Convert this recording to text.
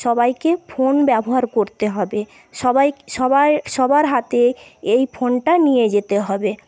সবাইকে ফোন ব্যবহার করতে হবে সবাই সবাইয়ের সবার হাতে এই ফোনটা নিয়ে যেতে হবে